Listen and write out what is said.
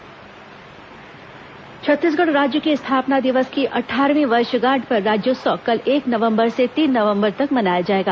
राज्योत्सव छत्तीसगढ़ राज्य के स्थापना दिवस की अट्ठारहवीं वर्षगांठ पर राज्योत्सव कल एक नवंबर से तीन नवंबर तक मनाया जाएगा